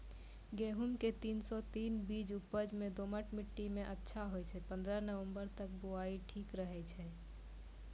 गेहूँम के तीन सौ तीन बीज उपज मे दोमट मिट्टी मे अच्छा होय छै, पन्द्रह नवंबर तक बुआई ठीक रहै छै